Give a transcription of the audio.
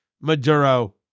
Maduro